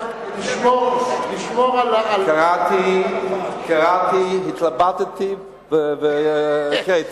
להיפך, לשמור על, קראתי, התלבטתי והקראתי.